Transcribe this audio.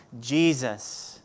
Jesus